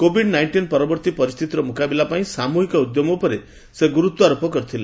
Covid nineteen ପରବର୍ତ୍ତୀ ପରିସ୍ଥିତିର ମୁକାବିଲା ପାଇଁ ସାମୂହିକ ଉଦ୍ୟମ ଉପରେ ସେ ଗୁରୁତ୍ୱାରୋପ କରିଥିଲେ